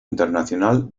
internacional